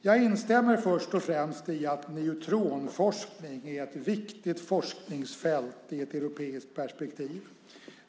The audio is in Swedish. Jag instämmer först och främst i att neutronforskning är ett viktigt forskningsfält i ett europeiskt perspektiv.